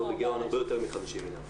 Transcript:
כולנו מקווים לתקוות